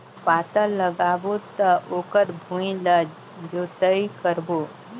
पातल लगाबो त ओकर भुईं ला जोतई करबो?